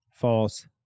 False